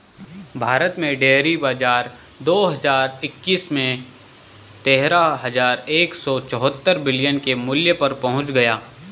भारत में डेयरी बाजार दो हज़ार इक्कीस में तेरह हज़ार एक सौ चौहत्तर बिलियन के मूल्य पर पहुंच गया